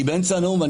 אני באמצע הנאום.